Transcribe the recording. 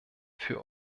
für